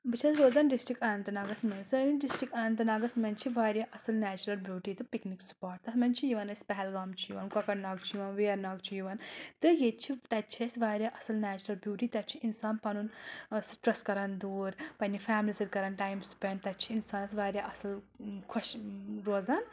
بہٕ چھَس روزان ڈِسٹرک اَننت ناگس منٛز سٲنِس ڈِسٹرک اَننت ناگس منٛز چھِ واریاہ اَصٕل نیچرل بیوٗٹی تہٕ پِکنِک سٔپاٹ تَتھ منٛز چھِ یِوان اسہِ پہلگام چھُ یِوان کۄکر ناگ چھُ یِوان ویرناگ چھُ یِوان تہٕ ییٚتہِ چھِ تَتہِ چھِ اَسہِ واریاہ اصل نیچرل بیوٗٹی تَتہِ چھُ اِنسان پَنُن سٔٹرٛس کران دوٗر پنٕنہِ فیملی سۭتۍ کران ٹایم سپینڈ تَتہِ چھِ اِنسانَس واریاہ اَصٕل خۄش روزان